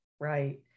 Right